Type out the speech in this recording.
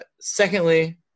Secondly